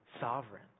sovereign